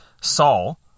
Saul